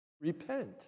Repent